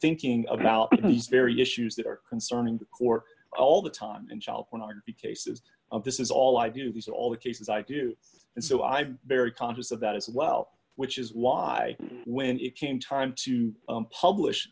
thinking about these very issues that are concerning the court all the time in child pornography cases of this is all i do these all the cases i do and so i'm very conscious of that as well which is why when it came time to publish